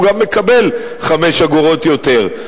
הוא גם מקבל חמש אגורות יותר.